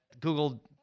Google